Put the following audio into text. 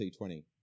T20